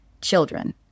children